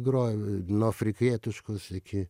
groju nuo afrikietiškos iki